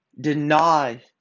deny